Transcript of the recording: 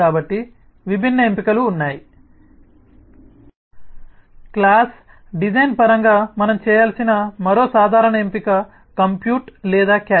కాబట్టి విభిన్న ఎంపికలు ఉన్నాయి క్లాస్ డిజైన్ పరంగా మనం చేయాల్సిన మరో సాధారణ ఎంపిక compute లేదా cache